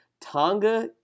Tonga